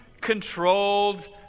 controlled